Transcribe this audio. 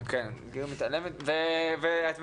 את שבעת רצון מזה?